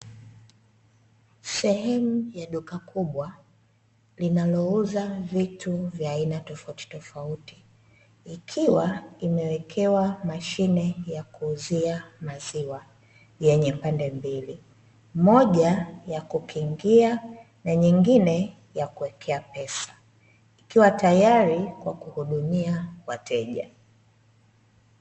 Sehemu ya duka kubwa, linalouza vitu vya aina tofautitofauti, likiwa limewekewa mashine ya kuuzia maziwa yenye pande mbili; moja ya kukingia na nyingine ya kuwekea pesa, ikiwa tayari kwa kuhudumia wateja.